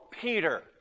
Peter